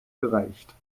gereicht